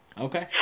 Okay